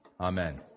amen